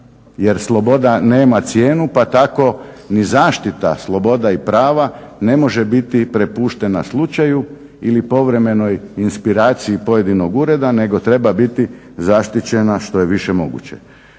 jer sloboda nema cijenu, pa tako ni zaštita sloboda i prava ne može biti prepuštena slučaju ili povremenoj inspiraciji pojedinog ureda, nego treba biti zaštićena što je više moguće.